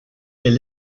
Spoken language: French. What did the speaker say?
est